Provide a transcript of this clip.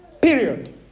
Period